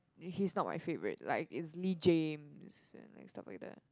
he's not my favourite like it's Lee-James and like stuff like that